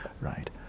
Right